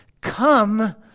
Come